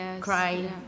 cry